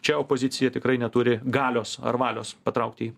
na čia opozicija tikrai neturi galios ar valios patraukt jį